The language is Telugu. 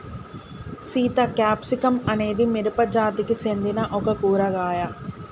సీత క్యాప్సికం అనేది మిరపజాతికి సెందిన ఒక కూరగాయ